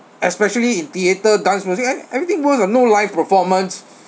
especially in theatre dance music ev~ everything worse [what] no live performance